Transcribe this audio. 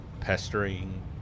Pestering